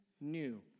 new